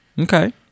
Okay